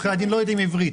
עורכי הדין לא יודעים עברית.